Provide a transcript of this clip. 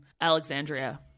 Alexandria